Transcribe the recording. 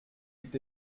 gibt